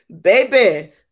baby